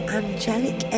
angelic